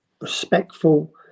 respectful